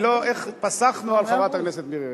איך פסחנו על חברת הכנסת מירי רגב?